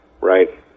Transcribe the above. Right